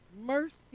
Mercy